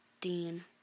Dean